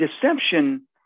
deception